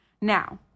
Now